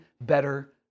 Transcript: better